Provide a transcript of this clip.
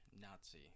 Nazi